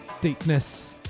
deepness